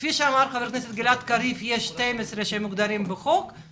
כפי שאמר חבר הכנסת קריב יש 12 שמוגדרים בתקנות,